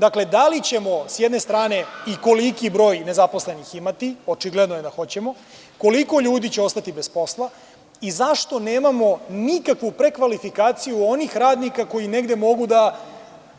Dakle, da li ćemo sa jedne strane i koliki broj nezaposlenih imati, a očigledno je da hoćemo, koliko ljudi će ostati bez posla i zašto nemamo nikakvu prekvalifikaciju onih radnika koji negde mogu da